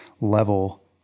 level